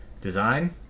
design